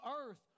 earth